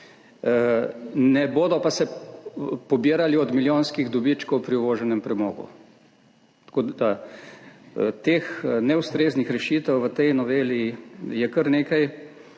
ne bodo pa se pobirali od milijonskih dobičkov pri uvoženem premogu. Tako da teh neustreznih rešitev v tej noveli je kar nekaj.